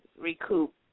recoup